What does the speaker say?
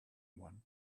one